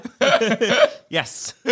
Yes